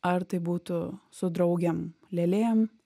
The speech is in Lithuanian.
ar tai būtų su draugėm lėlėm